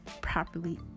properly